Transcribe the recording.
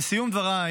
לסיום דבריי